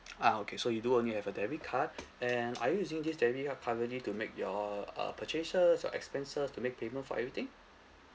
ah okay so you do only have a debit card and are you using this debit card currently to make your uh purchases or expenses to make payment for everything